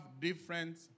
different